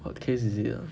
what case is it ah